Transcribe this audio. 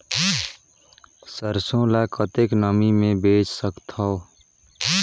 सरसो ल कतेक नमी मे बेच सकथव?